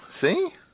see